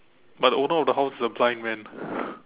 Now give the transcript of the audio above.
but the owner of the house is a blind man